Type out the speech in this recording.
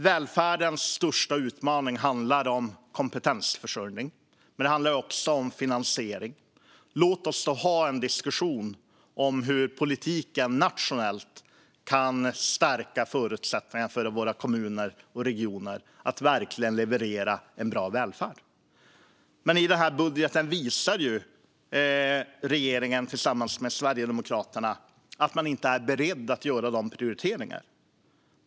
Välfärdens största utmaning handlar om kompetensförsörjning, men det handlar också om finansiering. Låt oss då ha en diskussion om hur politiken nationellt kan stärka förutsättningarna för våra kommuner och regioner att verkligen leverera en bra välfärd. I den här budgeten visar ju regeringen tillsammans med Sverigedemokraterna att man inte är beredd att göra de prioriteringarna.